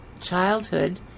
childhood